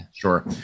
Sure